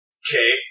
okay